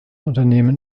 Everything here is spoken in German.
unternehmen